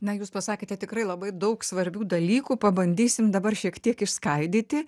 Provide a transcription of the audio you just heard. na jūs pasakėte tikrai labai daug svarbių dalykų pabandysim dabar šiek tiek išskaidyti